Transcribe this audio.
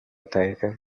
terra